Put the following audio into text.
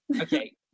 Okay